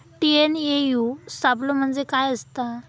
TNAU सापलो म्हणजे काय असतां?